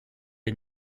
est